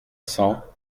cents